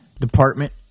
department